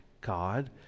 God